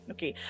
Okay